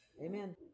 Amen